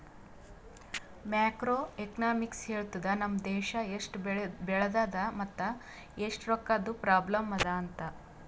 macro economics ಹೇಳ್ತುದ್ ನಮ್ ದೇಶಾ ಎಸ್ಟ್ ಬೆಳದದ ಮತ್ ಎಸ್ಟ್ ರೊಕ್ಕಾದು ಪ್ರಾಬ್ಲಂ ಅದಾ ಅಂತ್